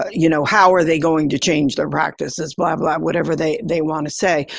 you know, how are they going to change their practices, blah, blah, whatever they they want to say.